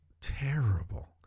terrible